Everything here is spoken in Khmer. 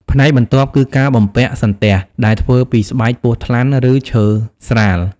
ផ្នែកបន្ទាប់ គឺការបំពាក់ សន្ទះ ដែលធ្វើពីស្បែកពស់ថ្លាន់ ឬឈើស្រាល។